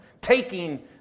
taking